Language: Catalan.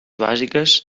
bàsiques